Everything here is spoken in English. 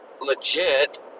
legit